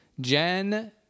jen